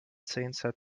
sätze